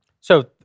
So-